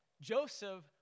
Joseph